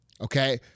okay